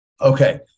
okay